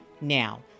Now